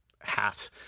hat